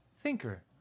Thinker